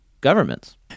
governments